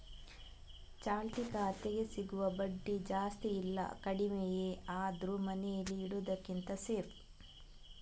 ಚಾಲ್ತಿ ಖಾತೆಗೆ ಸಿಗುವ ಬಡ್ಡಿ ಜಾಸ್ತಿ ಇಲ್ಲ ಕಡಿಮೆಯೇ ಆದ್ರೂ ಮನೇಲಿ ಇಡುದಕ್ಕಿಂತ ಸೇಫ್